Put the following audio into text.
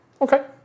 Okay